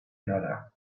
nora